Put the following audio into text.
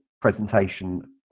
presentation